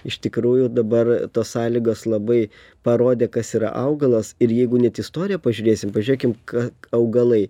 iš tikrųjų dabar tos sąlygos labai parodė kas yra augalas ir jeigu net istoriją pažiūrėsim pažiūrėkim ką augalai